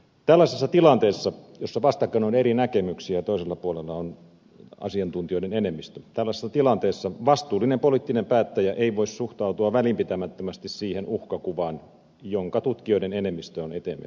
tällaisessa tilanteessa jossa vastakkain on eri näkemyksiä toisella puolella on asiantuntijoiden enemmistö vastuullinen poliittinen päättäjä ei voi suhtautua välinpitämättömästi siihen uhkakuvaan jonka tutkijoiden enemmistö on eteemme piirtänyt